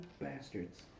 Bastards